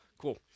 Cool